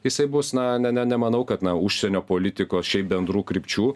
jisai bus na ne ne nemanau kad na užsienio politikos šiaip bendrų krypčių